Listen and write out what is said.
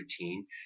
routine